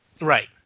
Right